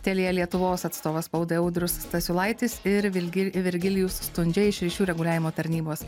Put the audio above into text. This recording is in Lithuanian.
telia lietuvos atstovas spaudai audrius stasiulaitis ir vilki virgilijus stundžia iš ryšių reguliavimo tarnybos